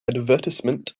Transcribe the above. advertisement